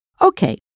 Okay